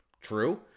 True